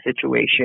situation